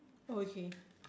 oh okay